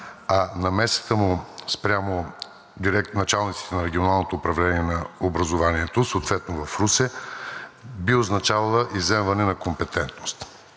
а намесата му спрямо началниците на Регионалното управление на образованието, съответно в Русе, би означавала изземване на компетентност.